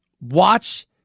watch